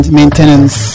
maintenance